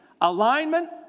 Alignment